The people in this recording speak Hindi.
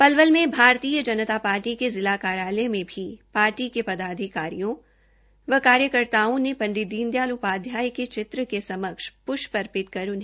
पलवल के भारतीय जनता पार्टी के जिला कार्यालय में भी पार्टी के पदाधिकारियों व कार्यकर्ताओं ने पंडित दीन दयाल उपाध्याय के चित्र के समक्ष प्ष्प अर्पित कर उन्हें श्रद्वाजलि दी